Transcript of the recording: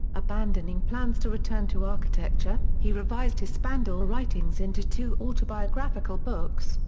abandoning plans to return to architecture, he revised his spandau writings into two autobiographical books,